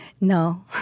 No